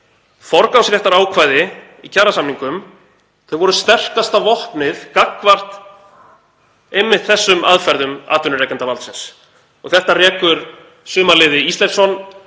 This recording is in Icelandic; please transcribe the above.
Forgangsréttarákvæði í kjarasamningum voru sterkasta vopnið gagnvart einmitt þessum aðferðum atvinnurekendavaldsins. Þetta rekur Sumarliði Ísleifsson